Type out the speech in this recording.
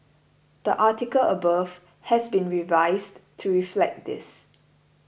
the article above has been revised to reflect this